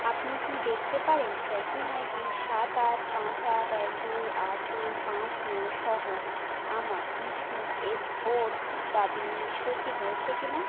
আপনি কি দেকতে পারেন ট্র্যাকিং আই ডি সাত আট পাঁচ আট এক দুই আট দুই পাঁচ নয় সহ আমার ইপিএফওর দাবি নিষ্পত্তি হয়েছে কিনা